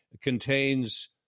contains